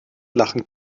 lachen